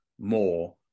more